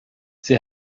sie